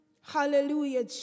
Hallelujah